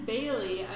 Bailey